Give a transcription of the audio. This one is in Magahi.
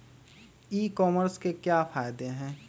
ई कॉमर्स के क्या फायदे हैं?